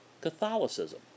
Catholicism